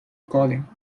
calling